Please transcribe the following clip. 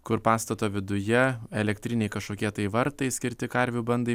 kur pastato viduje elektrinėj kažkokie tai vartai skirti karvių bandai